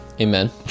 amen